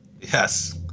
Yes